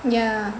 yeah